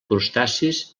crustacis